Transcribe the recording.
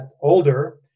older